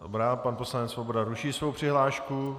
Dobrá, pan poslanec Svoboda ruší svou přihlášku.